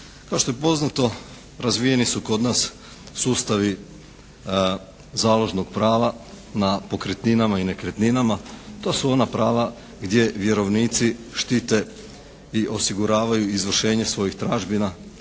Kao što je poznato razvijeni su kod nas sustavi založnog prava na pokretninama i nekretninama. To su ona prava gdje vjerovnici štite i osiguravaju izvršenje svojih tražbina